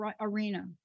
arena